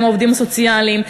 לעובדים הסוציאליים,